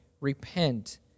repent